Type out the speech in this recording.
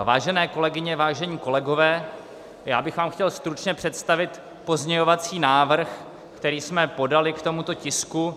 Vážené kolegyně, vážení kolegové, já bych vám chtěl stručně představit pozměňovací návrh, který jsme podali k tomuto tisku.